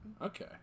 Okay